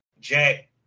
Jack